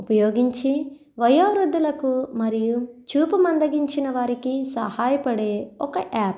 ఉపయోగించి వయోవృద్ధులకు మరియు చూపు మందగించిన వారికి సహాయపడే ఒక యాప్